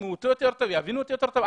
ישמעו אותי יותר טוב ויבינו אותי יותר טוב?